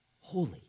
holy